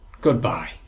Goodbye